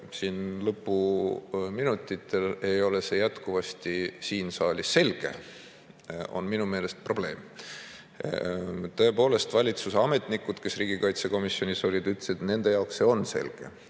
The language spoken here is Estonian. lõpuminutitel, ei ole see jätkuvasti siin saalis selge, on minu meelest probleem. Tõepoolest, valitsuse ametnikud, kes riigikaitsekomisjonis olid, ütlesid, et nendel on see selge,